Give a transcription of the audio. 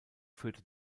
führte